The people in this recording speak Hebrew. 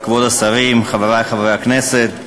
כבוד השרים, חברי חברי הכנסת,